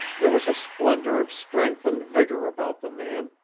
there was a splendor of strength and vigor about the man,